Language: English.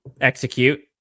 execute